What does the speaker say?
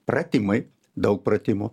pratimai daug pratimų